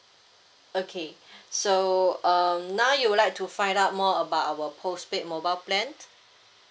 okay so um now you would like to find out more about our postpaid mobile plan